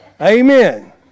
Amen